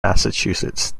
massachusetts